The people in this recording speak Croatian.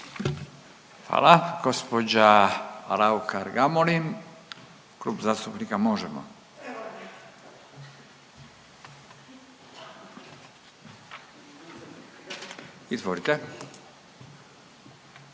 Hvala. Gospođa Raukar Gamulin, Klub zastupnika Možemo! Izvolite.